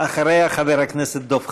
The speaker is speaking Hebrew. אחריה חבר הכנסת דב חנין.